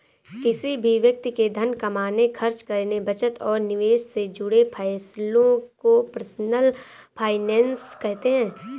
किसी भी व्यक्ति के धन कमाने, खर्च करने, बचत और निवेश से जुड़े फैसलों को पर्सनल फाइनैन्स कहते हैं